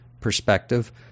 perspective